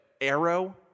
Arrow